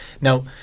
Now